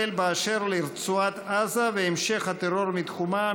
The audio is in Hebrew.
באשר לרצועת עזה והמשך הטרור מתחומה,